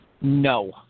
No